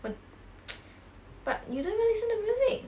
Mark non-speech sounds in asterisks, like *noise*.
but *noise* but you don't even listen to music